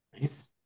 Nice